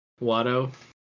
Watto